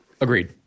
Agreed